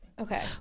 Okay